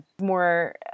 more